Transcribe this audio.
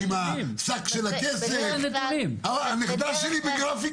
מכיוון שמטבע הדברים יש מגבלה לרבנות